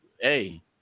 Hey